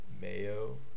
mayo